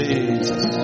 Jesus